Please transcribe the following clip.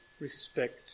respect